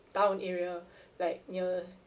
town area like near